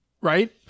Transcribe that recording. right